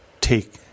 Take